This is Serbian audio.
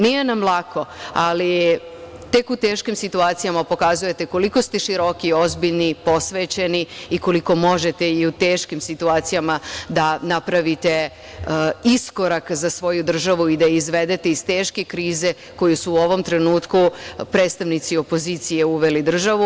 Nije nam lako, ali tek u teškim situacijama pokazujete koliko ste široki, ozbiljni, posvećeni i koliko možete i u teškim situacijama da napravite iskorak za svoju državu i da je izvedete iz teške krize u koju su u ovom trenutku predstavnici opozicije uveli državu.